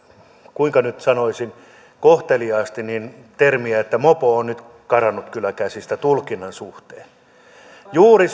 kuinka nyt sanoisin kohteliaasti mopo on nyt karannut kyllä käsistä tulkinnan suhteen juuri